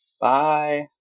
Bye